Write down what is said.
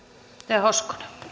arvoisa